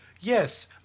yes